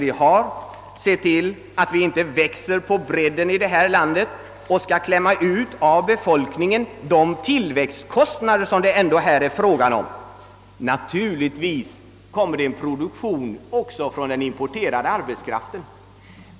Vi måste se till att vi inte växer på bredden i det här landet och blir tvungna att av vår befolkning klämma ut de onödiga tillväxtkostnader som det här är fråga om. Naturligtvis kommer det en produktion också från importerad arbetskraft.